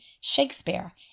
Shakespeare